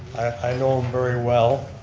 i know him very well.